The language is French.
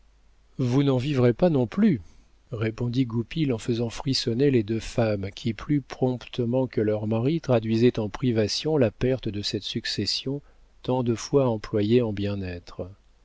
vous n'en vivrez pas non plus répondit goupil en faisant frissonner les deux femmes qui plus promptement que leurs maris traduisaient en privations la perte de cette succession tant de fois employée en bien-être